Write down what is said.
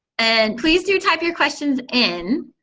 and please do type your questions in,